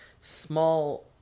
small